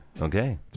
Okay